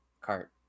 cart